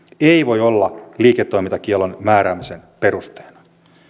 ei voi olla liiketoimintakiellon määräämisen perusteena